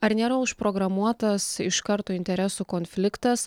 ar nėra užprogramuotas iš karto interesų konfliktas